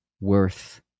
worth